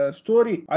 story